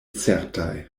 certaj